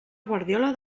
guardiola